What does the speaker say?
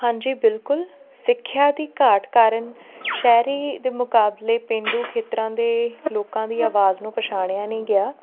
ਹਾਂਜੀ ਬਿਲਕੁਲ ਸਿੱਖਿਆ ਦੀ ਘਾਟ ਕਾਰਨ ਸ਼ਹਿਰੀ ਦੇ ਮੁਕਾਬਲੇ ਪੇਂਡੂ ਖੇਤਰਾਂ ਦੇ ਲੋਕਾਂ ਦੀ ਆਵਾਜ਼ ਨੂੰ ਪਛਾਣਿਆ ਨਹੀਂ ਗਿਆ